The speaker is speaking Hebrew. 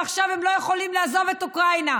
ועכשיו הם לא יכולים לעזוב את אוקראינה.